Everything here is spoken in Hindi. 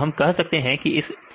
हम कह सकते हैं कि यह इंटरफ़ेस में है